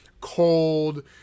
cold